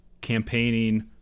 campaigning